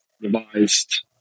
Revised